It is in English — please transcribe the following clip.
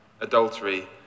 adultery